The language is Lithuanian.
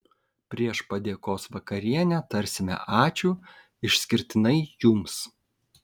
prieš padėkos vakarienę tarsime ačiū išskirtinai jums